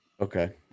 Okay